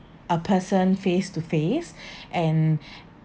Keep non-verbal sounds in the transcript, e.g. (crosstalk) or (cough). a person face to face (breath) and